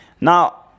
Now